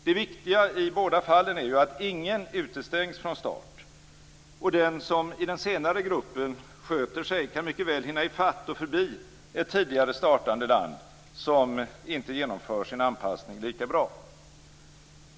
Det viktiga i båda fallen är ju att ingen utestängs från start, och den som i den senare gruppen sköter sig kan mycket väl hinna i fatt och förbi ett tidigare startande land, som inte genomför sin anpassning lika bra.